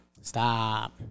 Stop